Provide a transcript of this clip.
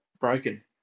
broken